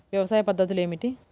వ్యవసాయ పద్ధతులు ఏమిటి?